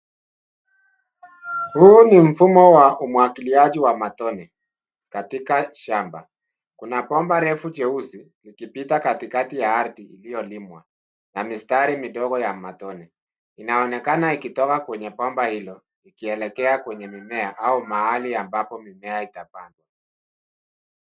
Huu ni mfumo wa umwagiliaji wa matone katika shamba. Kuna bomba refu jeusi likipita katikati ya ardhi iliyolimwa. Na mistari midogo ya matone inaonekana ikitoka kwenye bomba hilo ikielekea kwenye mimea au mahali ambapo mimea itapandwa